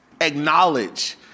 acknowledge